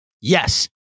Yes